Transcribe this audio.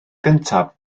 gyntaf